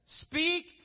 Speak